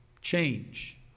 Change